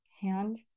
hand